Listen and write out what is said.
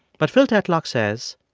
but phil tetlock says,